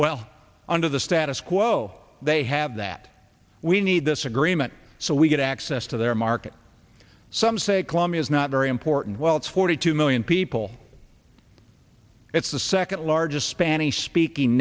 well under the status quo they have that we need this agreement so we get access to their market some say clum is not very important well it's forty two million people it's the second largest spanish speaking